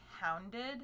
Hounded